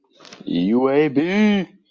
UAB